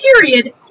period